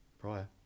prior